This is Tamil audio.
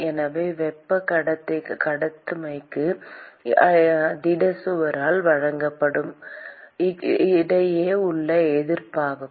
எனவே வெப்ப கடத்துகைக்கு திட சுவரால் வழங்கப்படும் க்கு இடையே உள்ள எதிர்ப்பாகும்